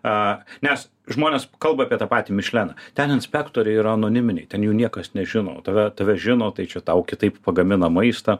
a nes žmonės kalba apie tą patį mišleną ten inspektoriai yra anoniminiai ten jų niekas nežino tave tave žino tai čia tau kitaip pagamina maistą